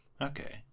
Okay